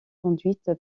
conduite